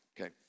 okay